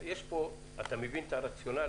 את הרציונל?